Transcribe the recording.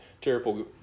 terrible